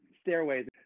stairways